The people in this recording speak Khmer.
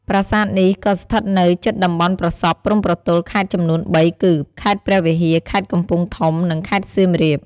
ប្រាសាទនេះក៏ស្ថិតនៅជិតតំបន់ប្រសព្វព្រំប្រទល់ខេត្តចំនួនបីគឺ ខេត្តព្រះវិហារ ខេត្តកំពង់ធំ និងខេត្តសៀមរាប។